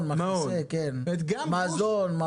מזון.